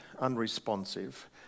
Unresponsive